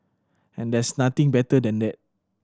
and there's nothing better than that